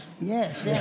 Yes